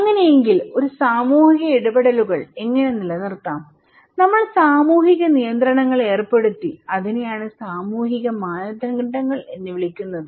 അങ്ങനെയെങ്കിൽ ആ സാമൂഹിക ഇടപെടലുകൾ എങ്ങനെ നിലനിർത്താംനമ്മൾ സാമൂഹിക നിയന്ത്രണങ്ങൾ ഏർപ്പെടുത്തിഅതിനെയാണ് സാമൂഹിക മാനദണ്ഡങ്ങൾ എന്ന് വിളിക്കുന്നത്